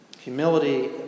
Humility